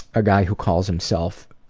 a guy who calls himself